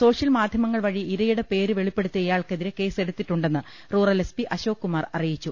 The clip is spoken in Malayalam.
സോഷ്യൽ മാധ്യമങ്ങൾ വഴി ഇരയുടെ പേര് വെളിപ്പെടുത്തിയ ഇയാൾക്കെതിരെ കേസെടുത്തിട്ടുണ്ടെന്ന് rural S P Ashok Kumar അറിയിച്ചു